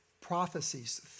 prophecies